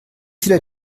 viele